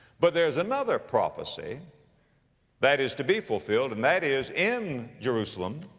but there's another prophecy that is to be fulfilled, and that is in jerusalem